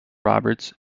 roberts